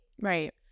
Right